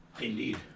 Indeed